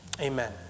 Amen